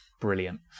Brilliant